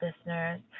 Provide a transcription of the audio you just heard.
listeners